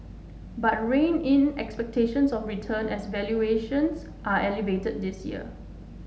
but rein in expectations of returns as valuations are elevated this year